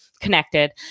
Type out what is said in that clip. connected